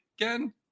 again